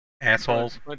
Assholes